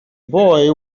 boy